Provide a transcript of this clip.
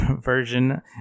version